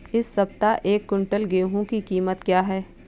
इस सप्ताह एक क्विंटल गेहूँ की कीमत क्या है?